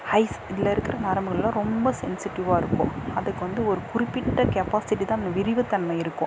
ice இதில் இருக்குகிற நரம்புகள்லாம் ரொம்ப சென்சிட்டிவ்வாக இருக்கும் அதுக்கு வந்து ஒரு குறிப்பிட்ட கெப்பாசிட்டி தான் விரிவுத்தன்மை இருக்கும்